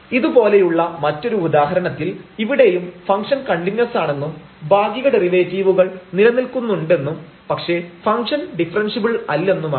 ഇതുപോലെയുള്ള മറ്റൊരു ഉദാഹരണത്തിൽ ഇവിടെയും ഫംഗ്ഷൻ കണ്ടിന്യൂസ് ആണെന്നും ഭാഗിക ഡെറിവേറ്റീവുകൾ നിലനിൽക്കുന്നുണ്ടെന്നും പക്ഷേ ഫംഗ്ഷൻ ഡിഫറെൻഷ്യബിൾ അല്ലെന്നുമാണ്